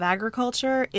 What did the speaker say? Agriculture